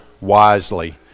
wisely